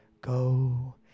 Go